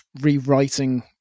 rewriting